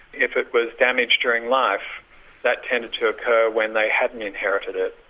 if it was damaged during life that tended to occur when they hadn't inherited it,